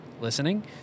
listening